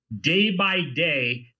day-by-day